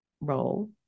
role